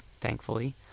thankfully